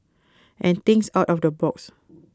and thinks out of the box